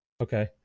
Okay